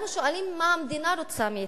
אנחנו שואלים מה המדינה רוצה מאתנו,